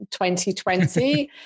2020